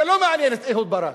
זה לא מעניין את אהוד ברק,